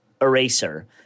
eraser